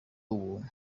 ubuntu